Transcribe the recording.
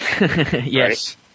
Yes